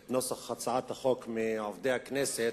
את נוסח הצעת החוק מעובדי הכנסת,